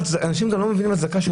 אנשים גם לא מבינים את ההצדקה כשהם